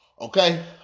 Okay